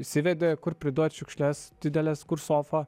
įsivedė kur priduot šiukšles dideles kur sofą